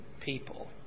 people